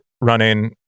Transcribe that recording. running